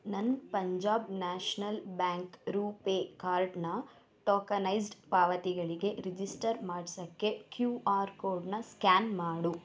ನನ್ನ Punjab national bank RuPay ಕಾರ್ಡ್ನ tokenized ಪಾವತಿಗಳಿಗೆ ರಿಜಿಸ್ಟರ್ ಮಾಡ್ಸೋಕ್ಕೆ ಕ್ಯೂ ಆರ್ ಕೋಡ್ನ ಸ್ಕ್ಯಾನ್ ಮಾಡು